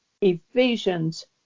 Ephesians